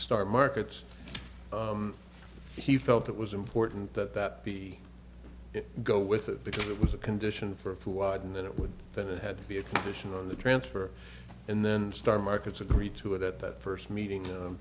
start markets he felt it was important that that be go with it because it was a condition for widen that it would that it had to be a vision on the transfer and then start markets agree to it at that first meeting